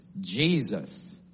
jesus